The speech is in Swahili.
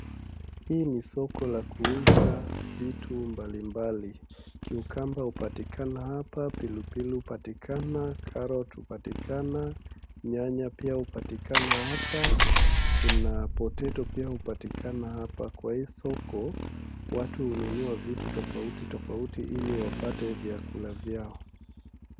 Hii ni soko la kuuza vitu mbalimbali, cucumber hupatikana hapa, pilipili hupatikana hapa, carrot' hupatikana, nyanya pia hupatikana hapa, kuna potatoes pia hupatikana hapa. Kwa hii soko watu hununua vitu tofauti tofauti ili wapate vyakula vyao.